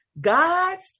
God's